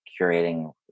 curating